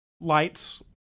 lights